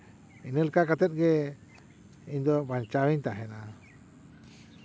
ᱤᱱᱟᱹ ᱞᱮᱠᱟ ᱠᱟᱛᱮᱜ ᱜᱮ ᱤᱧ ᱫᱚ ᱵᱟᱧᱪᱟᱣ ᱤᱧ ᱛᱟᱦᱮᱱᱟ